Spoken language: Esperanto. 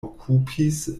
okupis